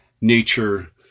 nature